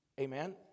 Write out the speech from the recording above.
Amen